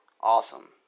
awesome